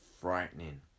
frightening